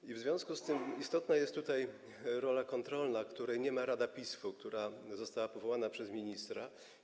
I w związku z tym istotna jest tutaj rola kontrolna, której nie ma Rada PISF-u, która została powołana przez ministra.